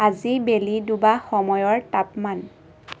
আজি বেলি ডুুবা সময়ৰ তাপমান